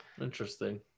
Interesting